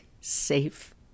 safe